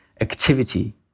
activity